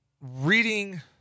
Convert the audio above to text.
reading